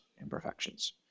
imperfections